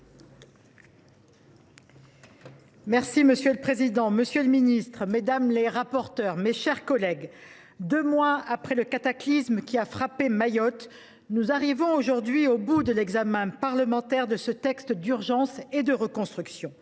Monsieur le président, monsieur le ministre, mes chers collègues, deux mois après le cataclysme qui a frappé Mayotte, nous arrivons aujourd’hui au terme de l’examen parlementaire de ce texte d’urgence et de reconstruction.